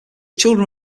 children